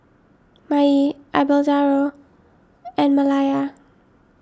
Maye Abelardo and Malaya